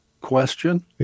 question